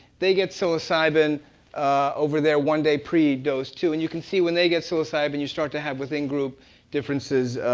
they get psilocybin over there, one day pre-dose too. and you can see when they get psilocybin, you start to have within group differences,